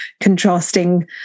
contrasting